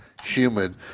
humid